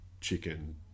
chicken